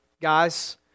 guys